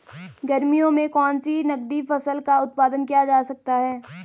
गर्मियों में कौन सी नगदी फसल का उत्पादन किया जा सकता है?